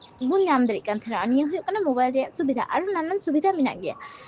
ᱵᱚᱱ ᱧᱟᱢ ᱫᱟᱲᱮᱭᱟᱜᱠᱟᱱ ᱛᱟᱦᱮᱱᱟ ᱱᱤᱭᱟᱹ ᱦᱩᱭᱩᱜ ᱠᱟᱱᱟ ᱢᱳᱵᱟᱭᱤᱞ ᱨᱮᱭᱟᱜ ᱥᱩᱵᱤᱫᱷᱟ ᱟᱨ ᱟᱨ ᱱᱟᱱᱟᱱ ᱥᱩᱵᱤᱫᱷᱟ ᱢᱮᱱᱟᱜ ᱜᱮᱭᱟ